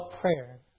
prayer